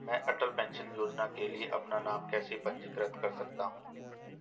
मैं अटल पेंशन योजना के लिए अपना नाम कैसे पंजीकृत कर सकता हूं?